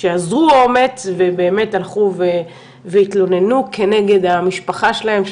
שאזרו אומץ ובאמת הלכו והתלוננו כנגד המשפחה שלהם,